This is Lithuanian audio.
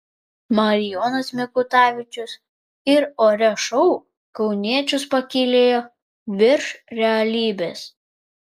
marijonas mikutavičius ir ore šou kauniečius pakylėjo virš realybės